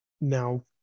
now